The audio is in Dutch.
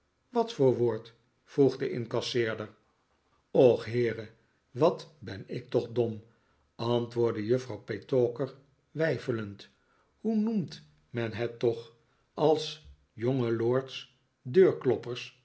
wat voor woord vroeg de incasseerder och heere wat ben ik toch dom antwoordde juffrouw petowker weifelend hoe noemt men het toch ook als jonge lords deurkloppefs